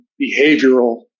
behavioral